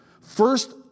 first